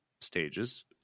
stages